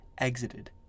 exited